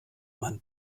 man